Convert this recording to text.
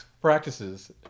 practices